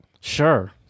Sure